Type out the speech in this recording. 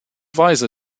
weise